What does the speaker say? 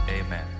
Amen